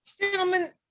Gentlemen